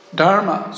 dharma